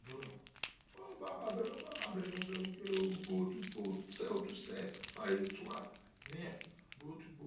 Bo do oh ba ma bo de ba ma bo de keme se oge wuru bo otu bo se otu se fare iye tuwa mien bo otu bo